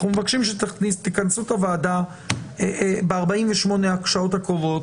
אנחנו מבקשים שתכנסו את הוועדה ב-48 שעות הקרובות,